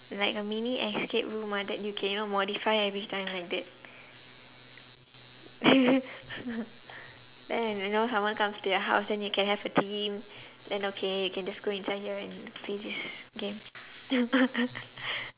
like a mini escape room uh that you can you know modify everytime like that then when you know someone comes to your house then you can have a theme then okay you can just go inside here and play this game